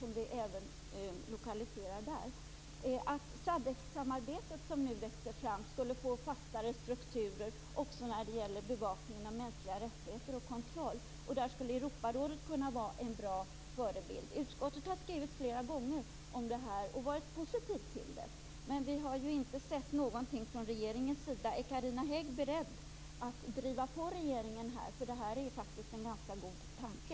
Vi moderater har under flera år föreslagit att det SADC-samarbete som nu växer fram skulle få fastare strukturer också när det gäller bevakningen av mänskliga rättigheter och kontroll. Europarådet skulle kunna vara en bra förebild. Utskottet har flera gånger skrivit om detta, och varit positivt till det. Men vi har inte sett någonting från regeringens sida. Är Carina Hägg beredd att driva på regeringen i denna fråga? Det handlar faktiskt om en ganska god tanke.